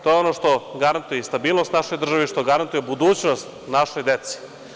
To je ono što garantuje i stabilnost naše države i što garantuje budućnost našoj deci.